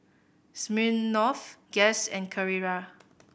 Smirnoff Guess and Carrera